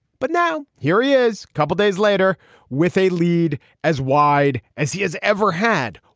but now here he is. couple days later with a lead as wide as he has ever had.